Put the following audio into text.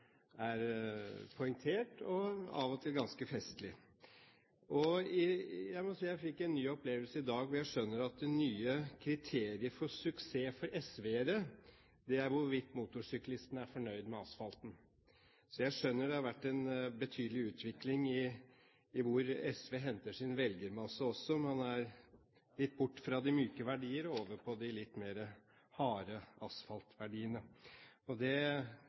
er poengtert og av og til ganske festlig. Jeg må si at jeg fikk en ny opplevelse i dag da jeg skjønte at det nye kriteriet for suksess for SV-ere er hvorvidt motorsyklistene er fornøyd med asfalten. Så jeg skjønner at det har vært en betydelig utvikling med hensyn til hvor SV henter sin velgermasse fra – litt bort fra de myke verdier, og over på de litt mer harde asfaltverdiene. Det